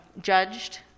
judged